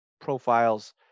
profiles